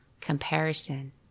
comparison